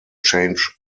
change